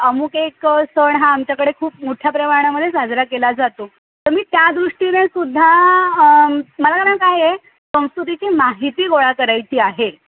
अमुक एक सण हा आमच्याकडे खूप मोठ्या प्रमाणामध्ये साजरा केला जातो त मी त्या दृष्टीने सुद्धा मला ना मॅम काय आहे संस्कृतीची माहिती गोळा करायची आहे